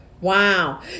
Wow